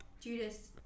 Judas